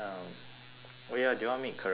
oh ya do you want meet carell tomorrow evening